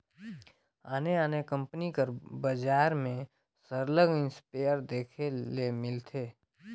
आने आने कंपनी कर बजार में सरलग इस्पेयर देखे ले मिलथे